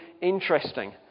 interesting